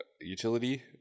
Utility